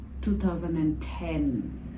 2010